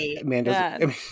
Amanda